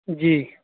جی